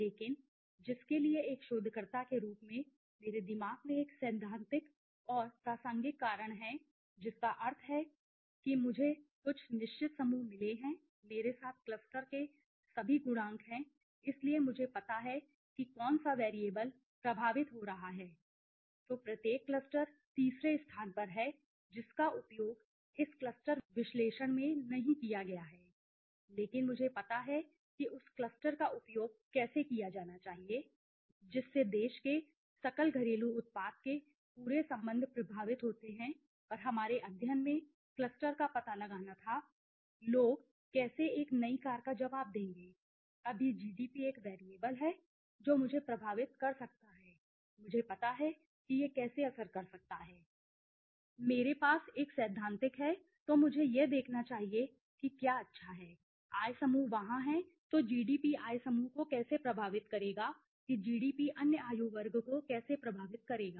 लेकिन जिसके लिए एक शोधकर्ता के रूप में मेरे दिमाग में एक सैद्धांतिक और प्रासंगिक कारण है जिसका अर्थ है कि मुझे कुछ निश्चित समूह मिले हैं मेरे साथ क्लस्टर के सभी गुणांक हैं इसलिए मुझे पता है कि कौन सा वैरिएबल प्रभावित हो रहा है तो प्रत्येक क्लस्टरक्लस्टर तीसरे स्थान पर है जिसका उपयोग इस क्लस्टर विश्लेषण में नहीं किया गया है लेकिन मुझे पता है कि उस क्लस्टर का उपयोग कैसे किया जाना चाहिए जिससे देश के सकल घरेलू उत्पाद के पूरे संबंध प्रभावित होते हैं और हमारे अध्ययन में क्लस्टर का पता लगाना था लोग कैसे एक नई कार का जवाब देंगे अभी जीडीपी एक चर है जो मुझे प्रभावित कर सकता है मुझे पता है कि यह कैसे असर कर सकता है मेरे पास एक सैद्धांतिक है तो मुझे यह देखना चाहिए कि क्या अच्छा है आय समूह वहाँ है तो जीडीपी आय समूह को कैसे प्रभावित करेगा कि जीडीपी अन्य आयु वर्ग को कैसे प्रभावित करेगा